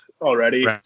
already